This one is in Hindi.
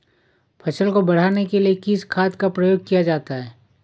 फसल को बढ़ाने के लिए किस खाद का प्रयोग किया जाता है?